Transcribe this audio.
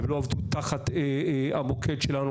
הן לא עבדו תחת המוקד שלנו,